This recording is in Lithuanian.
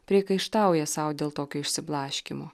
priekaištauja sau dėl tokio išsiblaškymo